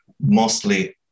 Mostly